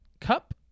cup